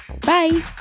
Bye